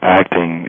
acting